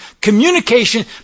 communication